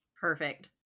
Perfect